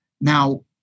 now